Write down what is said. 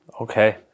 Okay